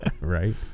right